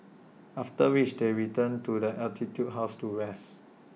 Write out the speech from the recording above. after which they return to the altitude house to rest